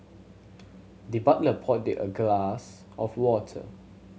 the butler poured the a glass of water